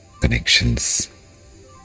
connections